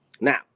Now